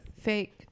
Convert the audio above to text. fake